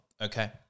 Okay